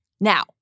Now